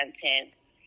contents